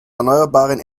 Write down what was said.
erneuerbaren